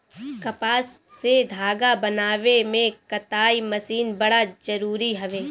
कपास से धागा बनावे में कताई मशीन बड़ा जरूरी हवे